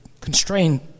constraint